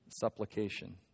supplication